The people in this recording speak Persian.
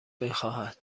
میخواهد